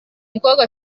mukobwa